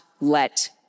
let